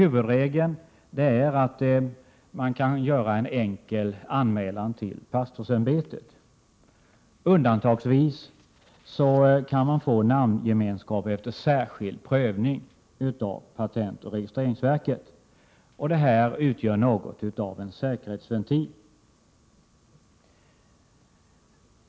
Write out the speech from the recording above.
Huvudregeln är att man kan göra en enkel anmälan till pastorsämbetet. Undantagsvis kan man få namngemenskap efter särskild prövning av patentoch registreringsverket. Det utgör något av en säkerhetsventil.